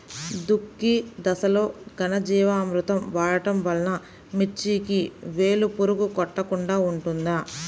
దుక్కి దశలో ఘనజీవామృతం వాడటం వలన మిర్చికి వేలు పురుగు కొట్టకుండా ఉంటుంది?